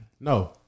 No